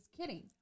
kidding